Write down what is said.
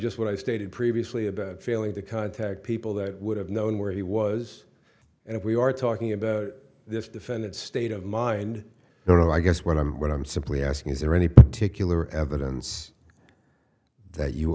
just what i stated previously about failing to contact people that would have known where he was and if we are talking about this defendant state of mind you know i guess what i'm what i'm simply asking is there any particular evidence that you